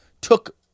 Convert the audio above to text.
took